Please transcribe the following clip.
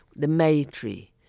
the may-tree.